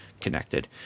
connected